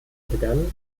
begann